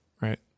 right